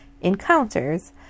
encounters